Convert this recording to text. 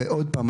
עוד פעם,